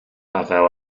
afael